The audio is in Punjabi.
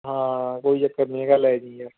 ਹਾਂ ਕੋਈ ਚੱਕਰ ਨਹੀਂ ਹੈਗਾ ਲੈ ਜੀ ਯਾਰ